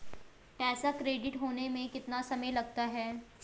पैसा क्रेडिट होने में कितना समय लगता है?